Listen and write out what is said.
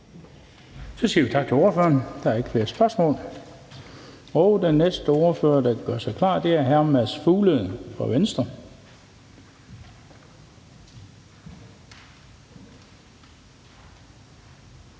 Så siger vi tak til ordføreren. Der er ikke flere spørgsmål. Den næste ordfører, der kan gøre sig klar, er hr. Mads Fuglede fra Venstre.